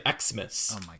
Xmas